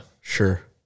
Sure